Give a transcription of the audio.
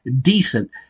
decent